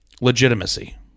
legitimacy